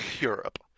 europe